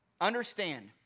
understand